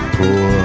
poor